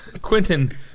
Quentin